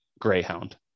greyhound